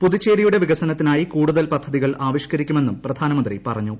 പുതുച്ചേരിയുടെ വികസനത്തിനായി കൂടുതൽ പദ്ധതികൾ ആവിഷ്കരിക്കുമെന്നും പ്രധാനമന്ത്രി പറഞ്ഞു